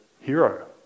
hero